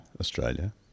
Australia